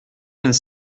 vingt